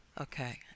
Okay